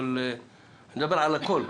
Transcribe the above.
אני מדבר על הכול.